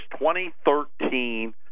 2013